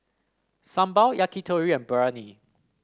Sambar Yakitori and Biryani